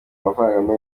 amafaranga